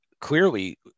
clearly